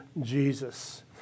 Jesus